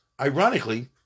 ironically